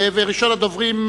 ראשון הדוברים,